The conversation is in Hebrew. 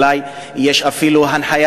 אולי יש אפילו הנחיה,